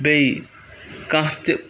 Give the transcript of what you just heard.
بیٚیہِ کانٛہہ تہِ